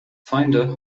feinde